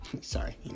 Sorry